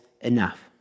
enough